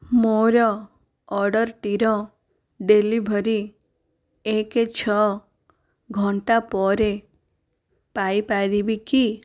ମୋର ଅର୍ଡ଼ର୍ଟିର ଡେଲିଭରି ଏକ ଛଅ ଘଣ୍ଟା ପରେ ପାଇପାରିବି କି